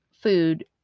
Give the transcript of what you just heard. food